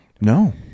No